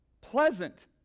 Pleasant